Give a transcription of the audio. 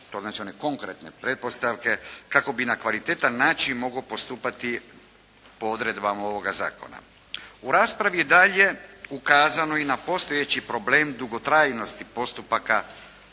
to znači one konkretne pretpostavke kako bi na kvalitetan način mogao postupati po odredbama ovoga zakona. U raspravi je dalje ukazano i na postojeći problem dugotrajnosti postupaka